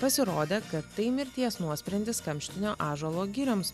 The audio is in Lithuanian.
pasirodė kad tai mirties nuosprendis kamštinio ąžuolo girioms